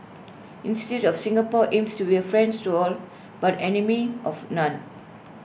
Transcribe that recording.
instead of Singapore aims to be A friends to all but enemy of none